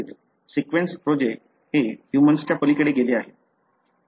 तेथेच sequence project हे ह्यूमन्सच्या पलीकडे गेले आहेत